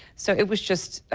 so it was just, ah